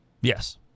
Yes